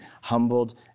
humbled